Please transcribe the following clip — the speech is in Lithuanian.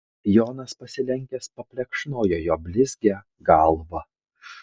jonas pasilenkęs paplekšnojo jo blizgią galvą